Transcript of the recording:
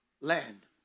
land